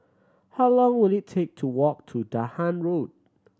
how long will it take to walk to Dahan Road